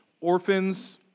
orphans